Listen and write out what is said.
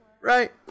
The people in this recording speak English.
right